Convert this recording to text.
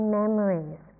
memories